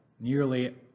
nearly